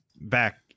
back